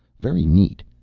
very neat.